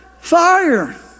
fire